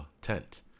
tent